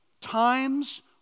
Times